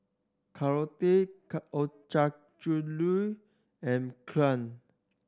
Korokke Ochazuke and Kheer